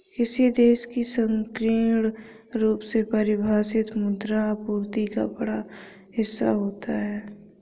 किसी देश की संकीर्ण रूप से परिभाषित मुद्रा आपूर्ति का बड़ा हिस्सा होता है